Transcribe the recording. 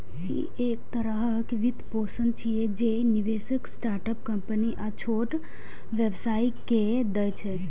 ई एक तरहक वित्तपोषण छियै, जे निवेशक स्टार्टअप कंपनी आ छोट व्यवसायी कें दै छै